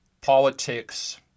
politics